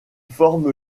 forme